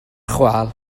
chwâl